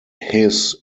his